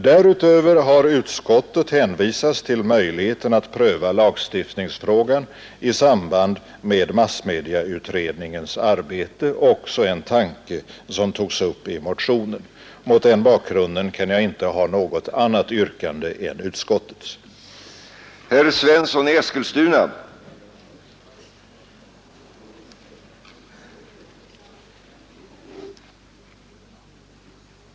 Därutöver har emellertid utskottet hänvisat till möjligheten att pröva lagstiftningsfrågan i samband med massmedieutredningens arbete, också det en tanke som togs upp i vår motion. Mot den bakgrunden kan jag inte ha något annat yrkande än bifall till utskottets hemställan.